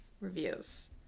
reviews